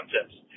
contests